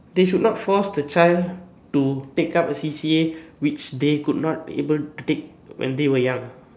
they should not force the child to take up a C_C_A which they could not be able to take when they were young